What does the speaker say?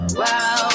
wow